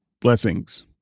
blessings